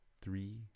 three